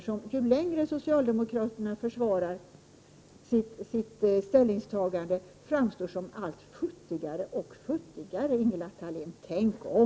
Detta är ett belopp som ju längre socialdemokraterna försvarar sitt ställningstagande framstår som futtigare och futtigare, Ingela Thalén. Tänk om!